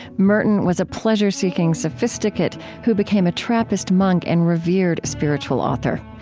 merton was a pleasure-seeking sophisticate who became a trappist monk and revered spiritual author.